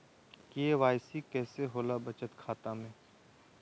KYC कैसे होला बचत खाता में?